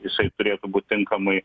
jisai turėtų būt tinkamai